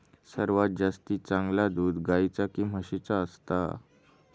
सर्वात जास्ती चांगला दूध गाईचा की म्हशीचा असता?